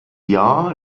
jahr